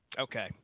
Okay